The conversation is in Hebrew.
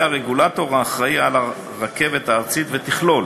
הרגולטור האחראי לרכבת הארצית ותכלול